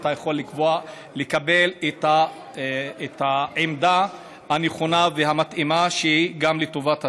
ואתה יכול לקבוע לקבל את העמדה הנכונה והמתאימה שהיא גם לטובת הציבור.